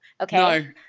okay